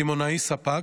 קמעונאי ספק,